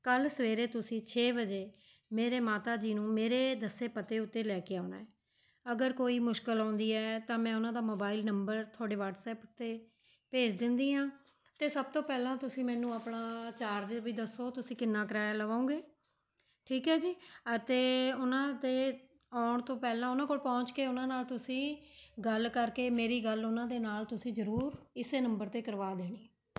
ਕੱਲ੍ਹ ਸਵੇਰੇ ਤੁਸੀਂ ਛੇ ਵਜੇ ਮੇਰੇ ਮਾਤਾ ਜੀ ਨੂੰ ਮੇਰੇ ਦੱਸੇ ਪਤੇ ਉੱਤੇ ਲੈ ਕੇ ਆਉਣਾ ਅਗਰ ਕੋਈ ਮੁਸ਼ਕਲ ਆਉਂਦੀ ਹੈ ਤਾਂ ਮੈਂ ਉਹਨਾਂ ਦਾ ਮੋਬਾਈਲ ਨੰਬਰ ਤੁਹਾਡੇ ਵੱਟਸਐਪ ਉੱਤੇ ਭੇਜ ਦਿੰਦੀ ਹਾਂ ਅਤੇ ਸਭ ਤੋਂ ਪਹਿਲਾਂ ਤੁਸੀਂ ਮੈਨੂੰ ਆਪਣਾ ਚਾਰਜ ਵੀ ਦੱਸੋ ਤੁਸੀਂ ਕਿੰਨਾ ਕਿਰਾਇਆ ਲਵੋਂਗੇ ਠੀਕ ਹੈ ਜੀ ਅਤੇ ਉਹਨਾਂ ਦੇ ਆਉਣ ਤੋਂ ਪਹਿਲਾਂ ਉਹਨਾਂ ਕੋਲ ਪਹੁੰਚ ਕੇ ਉਹਨਾਂ ਨਾਲ ਤੁਸੀਂ ਗੱਲ ਕਰਕੇ ਮੇਰੀ ਗੱਲ ਉਹਨਾਂ ਦੇ ਨਾਲ ਤੁਸੀਂ ਜ਼ਰੂਰ ਇਸੇ ਨੰਬਰ 'ਤੇ ਕਰਵਾ ਦੇਣੀ